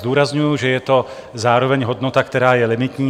Zdůrazňuji, že je to zároveň hodnota, která je limitní.